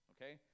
Okay